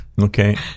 Okay